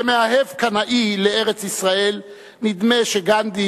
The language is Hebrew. כמאהב קנאי לארץ-ישראל נדמה שגנדי,